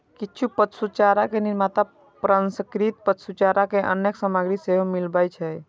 किछु पशुचारा निर्माता प्रसंस्कृत पशुचारा मे अन्य सामग्री सेहो मिलबै छै